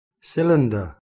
cylinder